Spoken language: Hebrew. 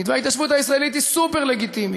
וההתיישבות הישראלית היא סופר-לגיטימית.